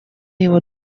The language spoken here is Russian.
его